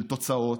של תוצאות,